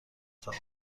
سوار